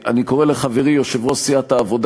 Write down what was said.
אני קורא לחברי יושב-ראש סיעת העבודה,